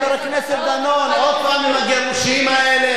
דני, חבר הכנסת דנון, עוד פעם עם הגירושים האלה?